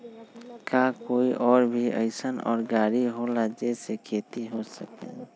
का कोई और भी अइसन और गाड़ी होला जे से खेती हो सके?